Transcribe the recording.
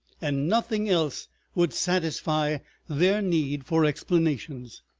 and nothing else would satisfy their need for explanations.